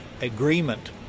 agreement